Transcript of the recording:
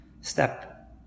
step